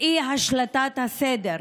אי-השלטת הסדר.